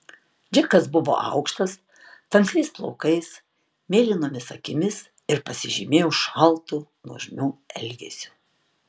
džekas buvo aukštas tamsiais plaukais mėlynomis akimis ir pasižymėjo šaltu nuožmiu elgesiu